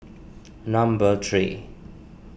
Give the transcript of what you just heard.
number three